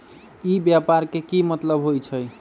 ई व्यापार के की मतलब होई छई?